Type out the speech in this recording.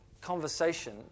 conversation